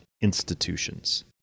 institutions